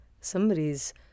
somebody's